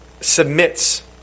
submits